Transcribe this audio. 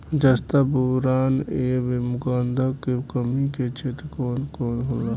जस्ता बोरान ऐब गंधक के कमी के क्षेत्र कौन कौनहोला?